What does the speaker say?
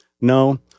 No